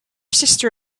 sister